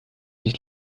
sich